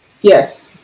Yes